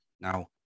Now